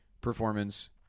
performance